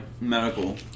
medical